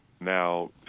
Now